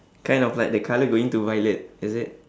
kind of like the colour going to violet is it